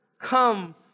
come